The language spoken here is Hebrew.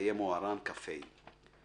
חיי מוהר"ן, כ"ה.